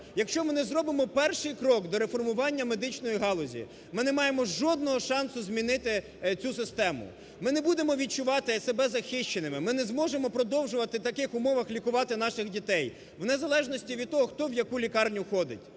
якщо ми не зробимо перший крок до реформування медичної галузі, ми не маємо жодного шансу змінити цю систему. Ми не будемо відчувати себе захищеними, ми не зможемо продовжувати в таких умовах лікувати наших дітей, в незалежності від того, хто в якому лікарню ходить.